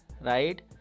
right